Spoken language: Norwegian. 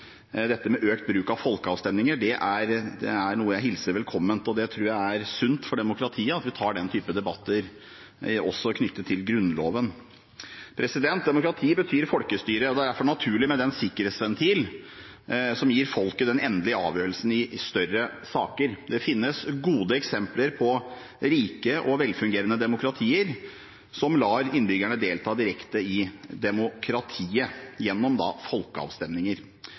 økt bruk av folkeavstemninger, er noe jeg hilser velkommen. Jeg tror det er sunt for demokratiet at vi tar den typen debatter også knyttet til Grunnloven. Demokrati betyr folkestyre, og det er derfor naturlig med en sikkerhetsventil som lar folket ta den endelige avgjørelsen i større saker. Det finnes gode eksempler på rike og velfungerende demokratier som lar innbyggerne delta direkte i demokratiet gjennom folkeavstemninger.